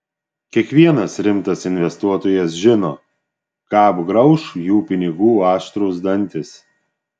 kiekvienas rimtas investuotojas žino ką apgrauš jų pinigų aštrūs dantys